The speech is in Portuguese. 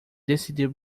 decidiu